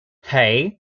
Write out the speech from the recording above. hey